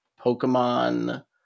pokemon